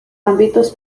ámbitos